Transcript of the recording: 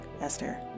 Esther